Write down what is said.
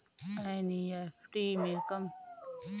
NEFT में कम से कम राशि भेजने पर कोई लिमिट नहीं है